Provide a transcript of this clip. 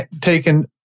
taken